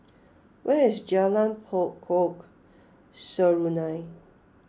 where is Jalan Pokok Serunai